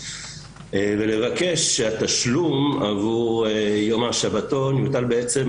ולבקש שהתשלום עבור יום השבתון יוטל בעצם